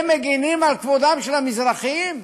הם מגינים על כבודם של המזרחים.